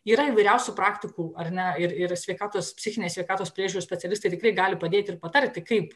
yra įvairiausių praktikų ar ne ir ir sveikatos psichinės sveikatos priežiūros specialistai tikrai gali padėti ir patarti kaip